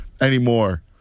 anymore